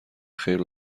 خیر